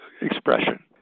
expression